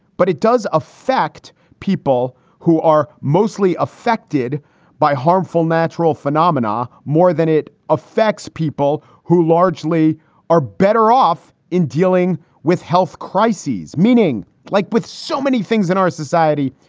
but it does affect people who are mostly affected by harmful natural phenomena more than it affects people who largely are better off in dealing with health crises. meaning like with so many things in our society,